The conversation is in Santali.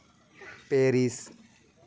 ᱯᱮᱨᱤᱥ